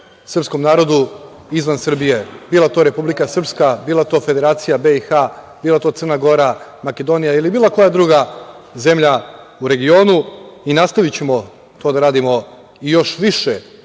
srpskom narodu izvan Srbije, bilo to Republika Srpska, bila to Federacija Bosne i Hercegovine, bila to Crna Gora, Makedonija ili bilo koja druga zemlja u regionu i nastavićemo to da radimo još više